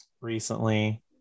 recently